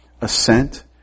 assent